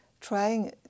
trying